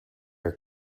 are